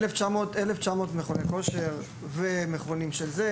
1,900 מכוני כושר ומכונים אחרים.